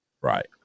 Right